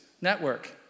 network